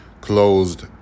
closed